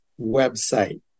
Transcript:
website